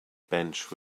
bench